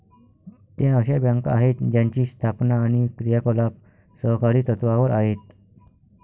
त्या अशा बँका आहेत ज्यांची स्थापना आणि क्रियाकलाप सहकारी तत्त्वावर आहेत